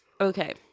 Okay